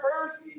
first